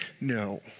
no